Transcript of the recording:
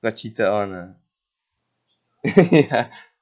got cheated on ah ya